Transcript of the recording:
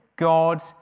God